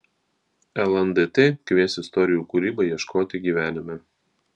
lndt kvies istorijų kūrybai ieškoti gyvenime